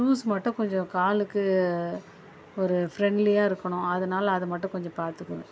shoes மட்டும் கொஞ்சம் காலுக்கு ஒரு ஃப்ரெண்ட்லியாக இருக்கணும் அதனால அது மட்டும் கொஞ்சம் பார்த்துக்குவேன்